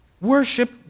Worship